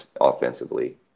offensively